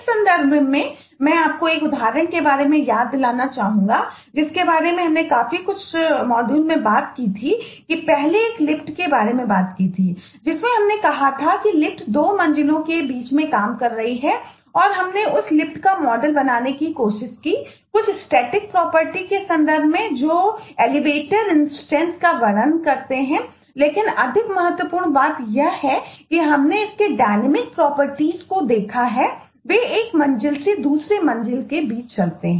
इस संदर्भ में मैं आपको एक उदाहरण के बारे में भी याद दिलाना चाहूंगा जिसके बारे में हमने काफी कुछ मॉड्यूल को देखा वे एक मंजिल से दूसरी मंजिल के बीच चलते हैं